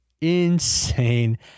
insane